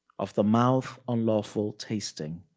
of the mouth, unlawful tasting.